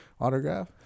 autograph